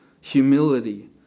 Humility